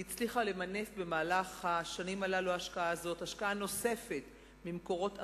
ההשקעה הזאת הצליחה למנף במהלך השנים השקעה נוספת ממקורות אחרים,